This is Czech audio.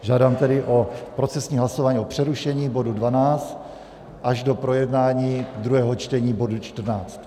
Žádám tedy o procesní hlasování o přerušení bodu 12 až do projednání druhého čtení bodu 14.